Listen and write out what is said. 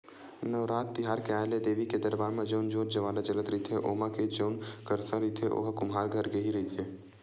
नवरात तिहार के आय ले देवी के दरबार म जउन जोंत जंवारा जलत रहिथे ओमा के जउन करसा रहिथे ओहा कुम्हार घर के ही रहिथे